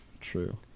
true